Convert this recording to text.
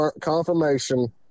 confirmation